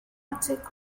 attic